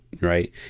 right